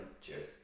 Cheers